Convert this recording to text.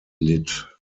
litt